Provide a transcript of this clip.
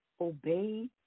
obey